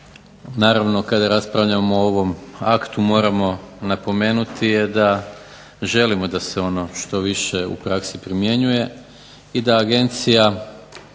naravno kada raspravljamo o ovom aktu moramo napomenuti je da želimo da se ono što više u praksi primjenjuje i da Agencija